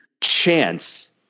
chance